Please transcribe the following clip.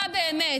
מה באמת?